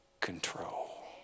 control